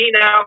now